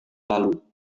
lalu